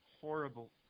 horrible